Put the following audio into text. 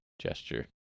gesture